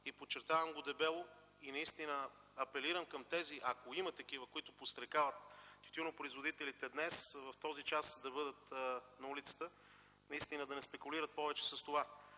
Подчертавам го дебело и апелирам към тези, ако има такива, които подстрекават тютюнопроизводителите днес, в този час, да бъдат на улицата, да не спекулират повече с това.